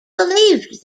believed